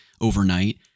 overnight